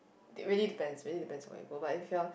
it really depends really depends where you go but if you are